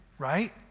right